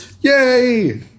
Yay